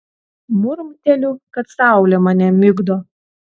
murmteliu kad saulė mane migdo